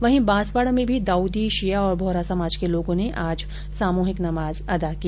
वहीं बांसवाडा में भी दाउदी शिया और बोहरा समाज के लोगों ने आज सामुहिक नमाज अदा की